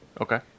Okay